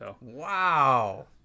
Wow